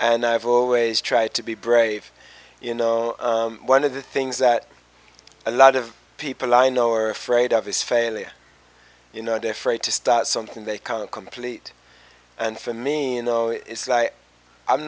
and i've always tried to be brave you know one of the things that a lot of people i know are afraid of is failure you know they're free to start something they kind of complete and for me in though it's like i'm